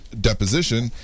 deposition